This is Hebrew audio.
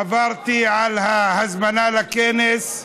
עברתי על ההזמנה לכנס,